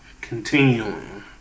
continuing